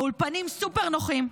האולפנים סופר-נוחים,